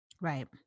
Right